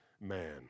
man